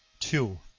two.